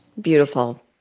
Beautiful